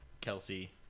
Kelsey